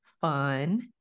fun